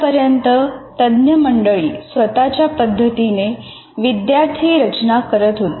आतापर्यंत तज्ञ मंडळी स्वतःच्या पद्धतीने विषयाची रचना करत होते